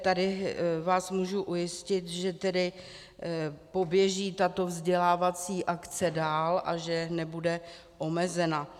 Tady vás můžu ujistit, že tedy poběží tato vzdělávací akce dál a že nebude omezena.